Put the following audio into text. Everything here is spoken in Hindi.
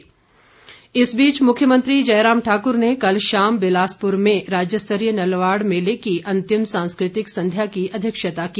नलवाड़ी मेला इस बीच मुख्यमंत्री जयराम ठाकुर ने कल शाम बिलासपुर में राज्य स्तरीय नलवाड़ मेले की अंतिम सांस्कृतिक संध्या की अध्यक्षता की